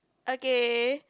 okay